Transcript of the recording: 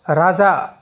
राजा